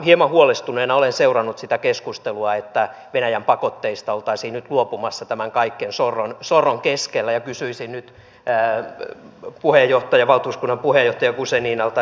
hieman huolestuneena olen seurannut sitä keskustelua että venäjän pakotteista oltaisiin nyt luopumassa tämän kaiken sorron keskellä ja kysyisin nyt valtuuskunnan puheenjohtaja guzeninalta